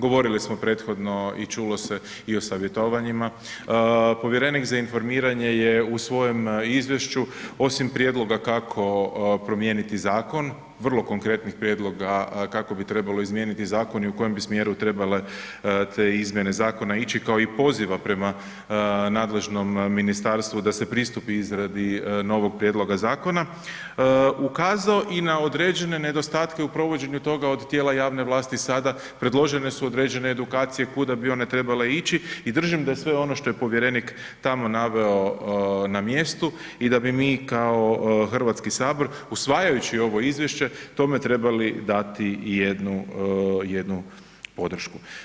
Govorili smo prethodno i čulo se i o savjetovanjima, povjerenik za informiranje je u svojem izvješću osim prijedloga kako promijeniti zakon, vrlo konkretnih prijedloga kako bi trebalo izmijeniti zakon i u kojem bi smjeru trebale te izmjene zakona ići kao i poziva prema nadležnom ministarstvu da se pristupi izradi novog prijedloga zakon ukazao i na određene nedostatke u provođenju toga od tijela javne vlasti i sada predložene su određene edukacije kuda bi one trebale ići i držim da je sve ono što je povjerenik tamo naveo na mjestu i da bi mi kao Hrvatski sabor usvajajući ovo izvješće tome trebali dati jednu, jednu podršku.